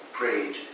prayed